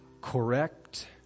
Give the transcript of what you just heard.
correct